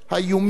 האיומים,